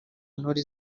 ntore